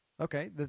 Okay